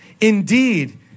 Indeed